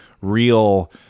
real –